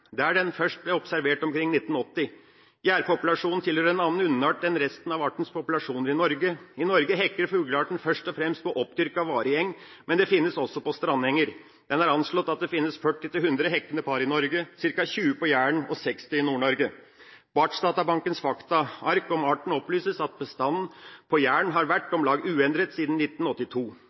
der den først ble observert omkring 1980. Jærpopulasjonen tilhører en annen underart enn resten av artens populasjoner i Norge. I Norge hekker fuglearten først og fremst på oppdyrka varig eng, men den finnes også på strandenger. Det er anslått at det finnes 40–100 hekkende par i Norge, ca. 20 på Jæren og 60 i Nord-Norge. På Artsdatabankens faktaark om arten opplyses at bestanden på Jæren har vært om lag uendret siden 1982.